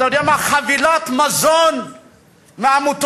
אתה יודע מה, חבילת מזון מעמותות?